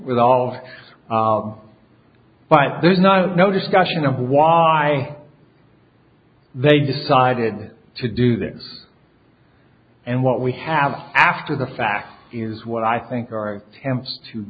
with all of them but there's not a no discussion of why they decided to do this and what we have after the fact is what i think are attempts to